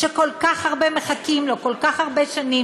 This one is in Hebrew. שכל כך הרבה מחכים לו כל כך הרבה שנים,